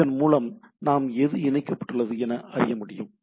இதன் மூலம் நாம் எது இணைக்கப்பட்டுள்ளது என அறியமுடியும்